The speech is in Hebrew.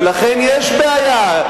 לכן יש בעיה.